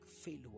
failure